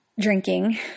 drinking